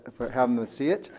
have them see it,